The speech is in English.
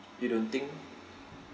you don't think